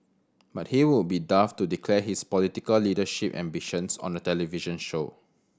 but he would be daft to declare his political leadership ambitions on a television show